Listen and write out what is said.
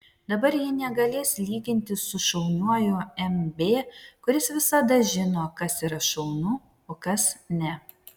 dabar ji negalės lygintis su šauniuoju mb kuris visada žino kas yra šaunu o kas ne